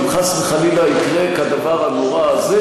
אם חס וחלילה יקרה כדבר הנורא הזה,